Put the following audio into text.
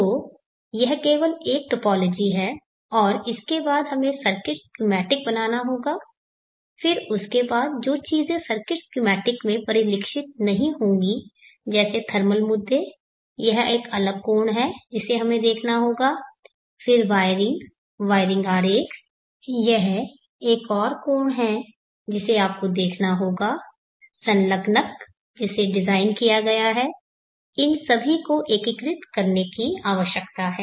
तो यह केवल एक टोपोलॉजी है और इसके बाद हमें सर्किट स्कीमैटिक बनाना होगा फिर उसके बाद जो चीजें सर्किट स्कीमैटिक में परिलक्षित नहीं होंगी जैसे थर्मल मुद्दे यह एक अलग कोण है जिसे हमें देखना होगा फिर वायरिंग वायरिंग आरेख यह एक और कोण है जिसे आपको देखना है संलग्नक जिसे डिज़ाइन किया गया है इन सभी को एकीकृत करने की आवश्यकता है